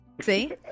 See